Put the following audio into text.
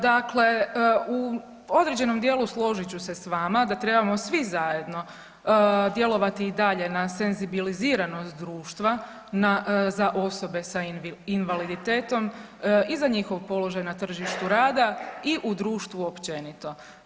Dakle, u određenom dijelu složit ću se s vama da trebamo svi zajedno djelovati i dalje na senzibiliziranost društva za osobe sa invaliditetom i za njihov položaj na tržištu rada i u društvu općenito.